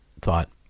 thought